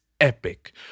epic